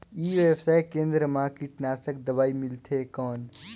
ई व्यवसाय केंद्र मा कीटनाशक दवाई मिलथे कौन?